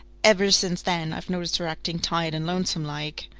ever since then i've noticed her acting tired and lonesome like.